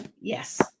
Yes